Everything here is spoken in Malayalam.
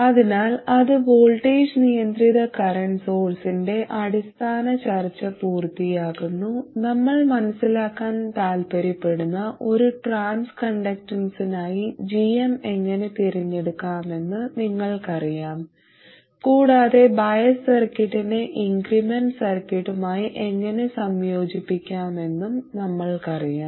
അതിനാൽ അത് വോൾട്ടേജ് നിയന്ത്രിത കറന്റ് സോഴ്സിന്റെ അടിസ്ഥാന ചർച്ച പൂർത്തിയാക്കുന്നു നമ്മൾ മനസ്സിലാക്കാൻ താൽപ്പര്യപ്പെടുന്ന ഒരു ട്രാൻസ് കണ്ടക്ടൻസ്സിനായി gm എങ്ങനെ തിരഞ്ഞെടുക്കാമെന്ന് നിങ്ങൾക്കറിയാം കൂടാതെ ബയസ് സർക്യൂട്ടിനെ ഇൻക്രിമെൻറ് സർക്യൂട്ടുമായി എങ്ങനെ സംയോജിപ്പിക്കാമെന്നും നമ്മൾക്കറിയാം